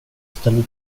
ställde